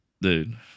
dude